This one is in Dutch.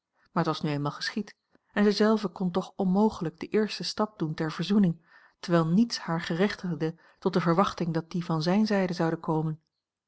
maar t was nu eenmaal geschied en zij zelve kon toch onmogelijk den eersten stap doen ter verzoening terwijl niets haar gerechtigde tot de verwachting dat die van zijne zijde zoude komen